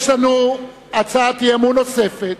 יש הצעת אי-אמון נוספת